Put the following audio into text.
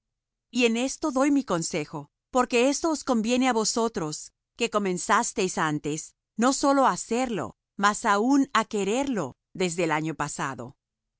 y en esto doy mi consejo porque esto os conviene á vosotros que comenzasteis antes no sólo á hacerlo mas aun á quererlo desde el año pasado